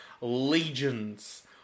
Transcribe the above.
legions